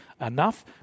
enough